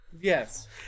Yes